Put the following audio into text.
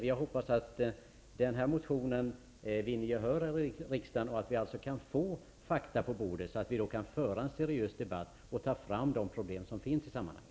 Jag hoppas att den aktuella motionen vinner riksdagens gehör och att vi kan få fakta på bordet, så att vi kan föra en seriös debatt och ta fasta på de problem som finns i detta sammanhang.